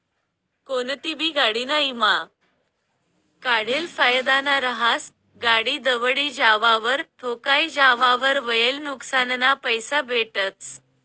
कोनतीबी गाडीना ईमा काढेल फायदाना रहास, गाडी दवडी जावावर, ठोकाई जावावर व्हयेल नुक्सानना पैसा भेटतस